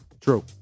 true